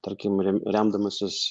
tarkim rem remdamasis